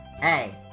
Hey